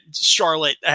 Charlotte